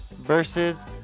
versus